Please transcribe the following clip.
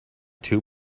two